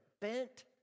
bent